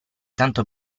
tanto